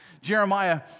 Jeremiah